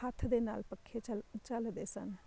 ਹੱਥ ਦੇ ਨਾਲ਼ ਪੱਖੇ ਝੱਲ ਝੱਲਦੇ ਸਨ